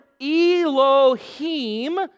Elohim